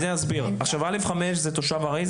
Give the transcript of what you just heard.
א5 זה תושב ארעי.